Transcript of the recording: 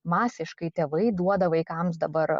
masiškai tėvai duoda vaikams dabar